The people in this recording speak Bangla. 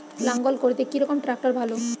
লাঙ্গল করতে কি রকম ট্রাকটার ভালো?